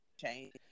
change